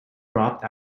dropped